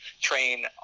train